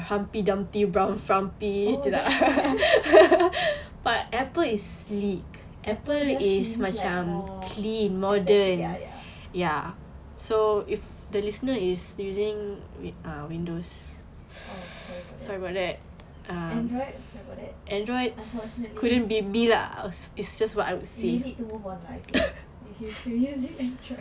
oh that apple just seems more aesthetic ya ya oh sorry about that android sorry about that android unfortunately you need to move on lah I think if you still using android